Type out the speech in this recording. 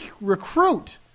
recruit